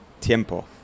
Tiempo